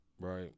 right